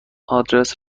آدرس